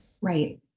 right